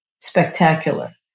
spectacular